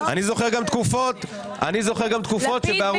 אני זוכר גם תקופות שבערוצי התקשורת --- לפיד